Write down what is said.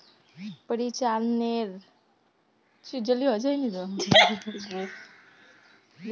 परिचालनेर जोखिम दैनिक व्यावसायिक गतिविधियों, प्रक्रियाओं आर प्रणालियोंर संचालीतेर हबार जोखिम छेक